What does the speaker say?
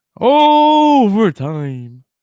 overtime